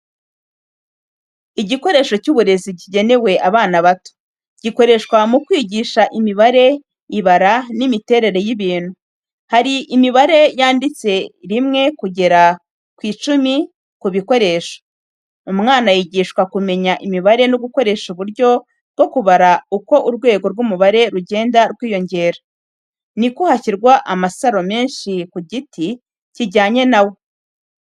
Igikoresho cy’uburezi kigenewe abana bato, gikoreshwa mu kwigisha imibare, ibara, n’imiterere y’ibintu. Hari imibare yanditse 1 kugeza kuri 10 ku bikoresho. umwana yigishwa kumenya imibare no gukoresha uburyo bwo kubara uko urwego rw’umubare rugenda rwiyongera, niko hashyirwa amasaro menshi ku giti kijyanye na wo.